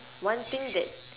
one thing that